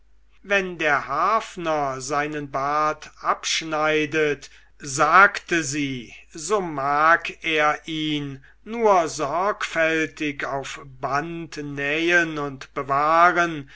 wenn der harfner seinen bart abschneidet sagte sie so mag er ihn nur sorgfältig auf band nähen und bewahren